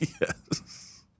Yes